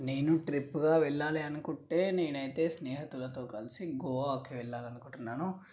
నేను ట్రిప్గా వెళ్ళాలి అనుకుంటే నేనైతే స్నేహితులతో కలిసి గోవాకి వెళ్ళాలనుకుటున్నాను